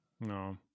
No